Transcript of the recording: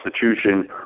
Constitution